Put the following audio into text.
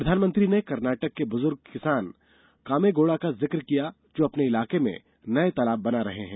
प्रधानमंत्री ने कर्नाटक के ब्रजूर्ग किसान कामेगौड़ा का जिक्र किया जो अपने इलाके में नये तालाब बना रहे हैं